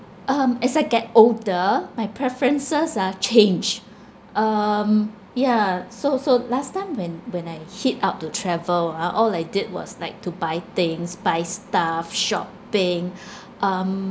um as I get older my preferences ah changed um yeah so so last time when when I head out to travel ah all I did was like to buy things buy stuff shopping um